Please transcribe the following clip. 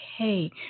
okay